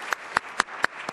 (מחיאות כפיים)